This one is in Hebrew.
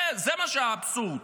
זה האבסורד,